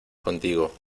contigo